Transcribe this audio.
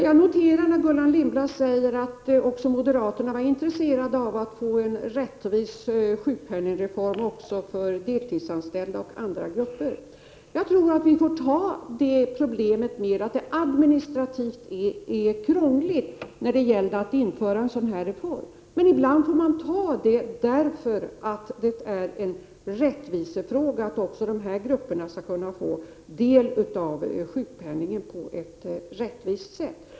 Jag noterade att Gullan Lindblad sade att också moderaterna var intresserade av att få en rättvis sjukpenningreform även för deltidsanställda och andra grupper. Jag tror att vi får ta det administrativa krångel som ett införande av vad en sådan reform innebär, eftersom det handlar om en rättvisefråga att också dessa grupper skall kunna få del av sjukpenningen på ett riktigt sätt.